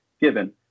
given